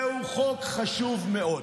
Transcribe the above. זהו חוק חשוב מאוד.